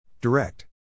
Direct